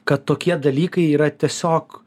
kad tokie dalykai yra tiesiog